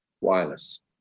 Wireless